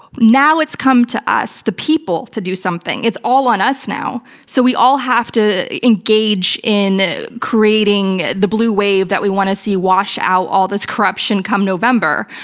now it's come to us, the people, to do something. it's all on us now, so we all have to engage in creating the blue wave that we want to see wash out all this corruption come november,